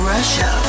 Russia